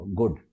good